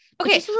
okay